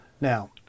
Now